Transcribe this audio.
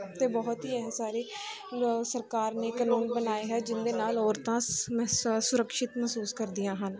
ਅਤੇ ਬਹੁਤ ਹੀ ਇਹ ਸਾਰੇ ਲ ਸਰਕਾਰ ਨੇ ਕਾਨੂੰਨ ਬਣਾਏ ਹੈ ਜਿਹਦੇ ਨਾਲ ਔਰਤਾਂ ਸ ਹਮੇਸ਼ਾ ਸੁਰੱਖਿਅਤ ਮਹਿਸੂਸ ਕਰਦੀਆਂ ਹਨ